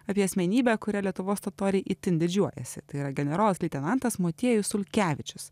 apie asmenybę kuria lietuvos totoriai itin didžiuojasi tai yra generolas leitenantas motiejus sulkevičius